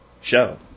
show